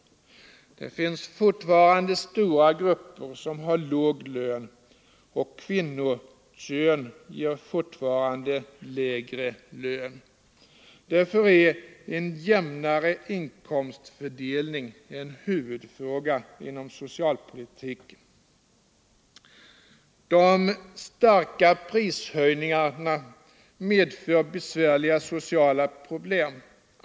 Det finns fortfarande stora grupper som har låg lön, och kvinnokön betyder fortfarande lägre lön. Därför är en jämnare inkomstfördelning en huvudfråga inom socialpolitiken. De starka prishöjningarna medför också besvärliga sociala problem.